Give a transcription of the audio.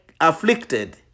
afflicted